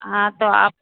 हाँ तो आप